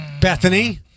Bethany